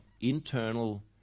internal